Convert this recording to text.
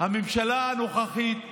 הממשלה הנוכחית